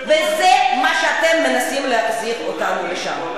תחשבו מה, וזה מה שאתם מנסים להחזיר אותנו, לשם.